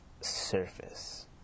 Surface